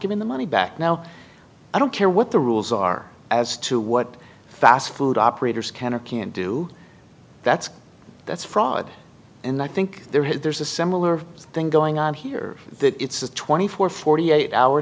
giving the money back now i don't care what the rules are as to what fast food operators can or can't do that's that's fraud and i think there's a similar thing going on here that it's a twenty four forty eight hour